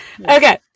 Okay